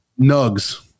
Nugs